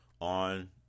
on